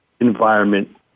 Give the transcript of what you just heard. environment